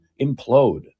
implode